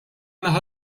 naħa